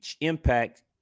impact